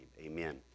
Amen